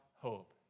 hope